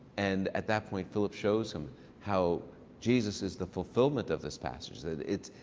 and at that point philip shows him how jesus is the fulfillment of this passage, that it's.